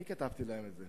אני כתבתי להם את זה.